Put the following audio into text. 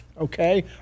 okay